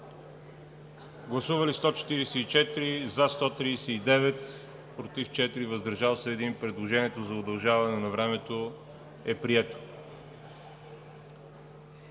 представители: за 139, против 4, въздържал се 1. Предложението за удължаване на времето е прието.